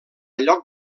lloc